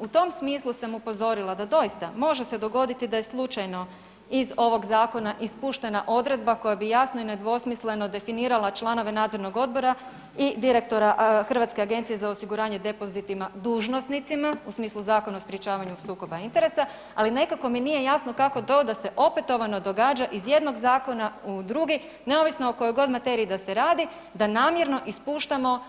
U tom smislu sam upozorila da doista može se dogoditi da je slučajno iz ovog zakona ispuštena odredba koja bi jasno i nedvosmisleno definirala članove nadzornog odbora i direktora Hrvatske agencije za osiguranje depozitima dužnosnicima u smislu Zakona o sprječavanju sukoba interesa, ali nekako mi nije jasno kako to da se opetovano događa iz jednog zakona u drugi, neovisno o kojoj god materiji da se radi da namjerno ispuštamo